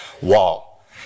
wall